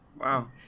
Wow